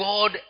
God